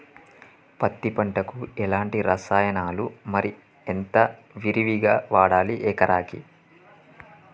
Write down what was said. పత్తి పంటకు ఎలాంటి రసాయనాలు మరి ఎంత విరివిగా వాడాలి ఎకరాకి?